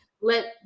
let